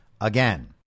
again